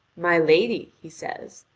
my lady, he says,